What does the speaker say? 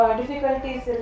difficulties